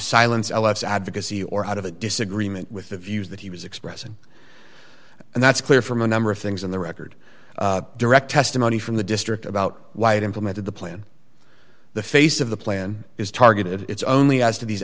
silence elapse advocacy or out of a disagreement with the views that he was expressing and that's clear from a number of things on the record direct testimony from the district about why it implemented the plan the face of the plan is targeted it's only as to these